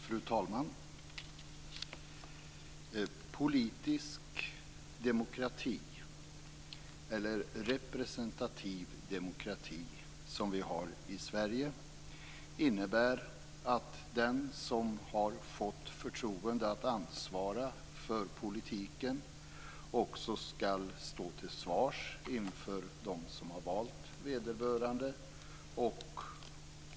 Fru talman! Politisk demokrati, eller representativ demokrati som vi har i Sverige, innebär att den som har fått förtroende att ansvara för politiken också skall stå till svars inför dem som har valt vederbörande.